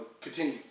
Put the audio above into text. continue